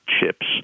chips